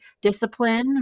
discipline